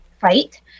fight